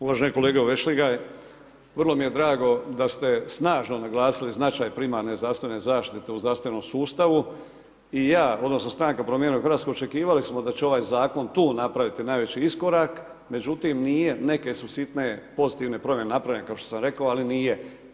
Uvaženi kolega Vešligaj, vrlo mi je drago da ste snažno naglasili značaj primarne zdravstvene zaštite u zdravstvenom sustavu i ja odnosno Stranka Promijenimo Hrvatsku da će ovaj zakon tu napraviti najveći iskorak, međutim nije neke su sitne pozitivne promjene napravljene, kao što sam rekao, ali nije.